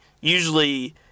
usually